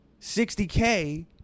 60K